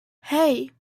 hey